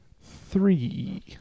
three